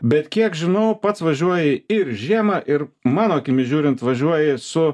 bet kiek žinau pats važiuoji ir žiemą ir mano akimis žiūrint važiuoji su